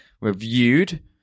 reviewed